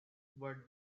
what